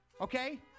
Okay